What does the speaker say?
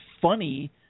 funny